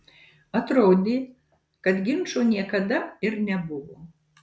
atrodė kad ginčo niekada ir nebuvo